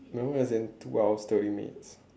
no as in two hours thirty minutes